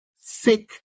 sick